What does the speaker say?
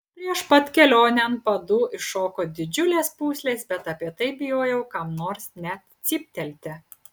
prieš pat kelionę ant padų iššoko didžiulės pūslės bet apie tai bijojau kam nors net cyptelti